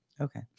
okay